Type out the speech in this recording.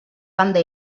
banda